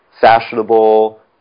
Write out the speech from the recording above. fashionable